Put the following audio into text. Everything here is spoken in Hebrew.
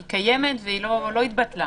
היא קיימת ולא התבטלה.